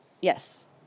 Yes